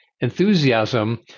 enthusiasm